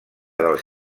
dels